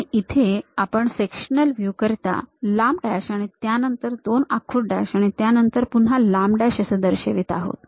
आणि इथे आपण सेक्शनल व्ह्यू करीता लांब डॅश आणि त्यानंतर दोन आखूड डॅश आणि त्यानंतर पुन्हा लांब डॅश असे दर्शवित आहोत